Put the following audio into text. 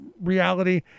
reality